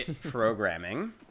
programming